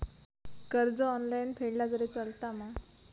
कर्ज ऑनलाइन फेडला तरी चलता मा?